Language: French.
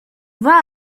voient